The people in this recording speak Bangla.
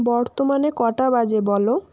বর্তমানে কটা বাজে বলো